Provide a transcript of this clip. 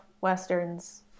Westerns